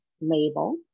label